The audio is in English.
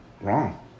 wrong